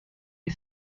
les